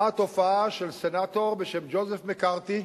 היתה התופעה של סנטור בשם ג'וזף מקארתי,